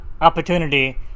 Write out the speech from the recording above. opportunity